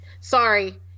Sorry